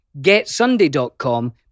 getsunday.com